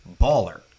baller